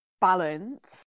balance